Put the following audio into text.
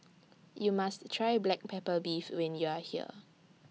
YOU must Try Black Pepper Beef when YOU Are here